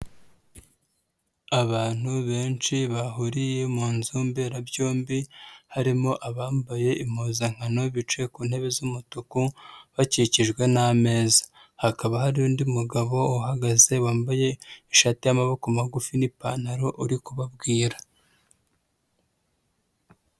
Abantu benshi bahuriye mu nzu mberabyombi, harimo abambaye impuzankano bicaye ku ntebe z'umutuku bakikijwe n'ameza, hakaba hari undi mugabo uhagaze wambaye ishati y'amaboko magufi n'ipantaro uri kubabwira.